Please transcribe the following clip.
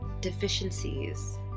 deficiencies